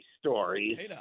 stories